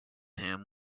him